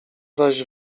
zaś